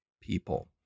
people